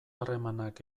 harremanak